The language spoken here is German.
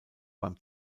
beim